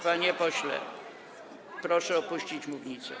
Panie pośle, proszę opuścić mównicę.